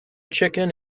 chicken